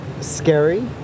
scary